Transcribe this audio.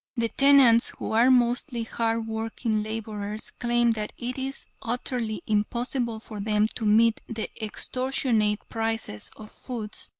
the tenants, who are mostly hard working laborers, claim that it is utterly impossible for them to meet the extortionate prices of foods,